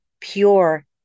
pure